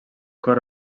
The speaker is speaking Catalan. cor